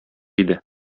иде